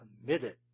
committed